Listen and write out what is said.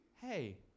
Hey